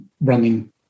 running